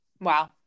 Wow